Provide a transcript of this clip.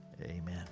Amen